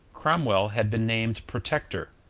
cromwell had been named protector,